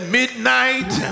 midnight